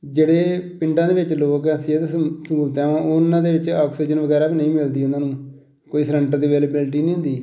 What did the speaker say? ਜਿਹੜੇ ਪਿੰਡਾਂ ਦੇ ਵਿੱਚ ਲੋਕ ਹੈ ਸਿਹਤ ਸਹੂ ਸਹੂਲਤਾਂ ਵਾ ਉਹਨਾਂ ਦੇ ਵਿੱਚ ਔਕਸੀਜਨ ਵਗੈਰਾ ਵੀ ਨਹੀਂ ਮਿਲਦੀ ਉਹਨਾਂ ਨੂੰ ਕੋਈ ਸਲੰਡਰ ਦੀ ਅਵੇਲੇਬਿਲਟੀ ਨਹੀਂ ਹੁੰਦੀ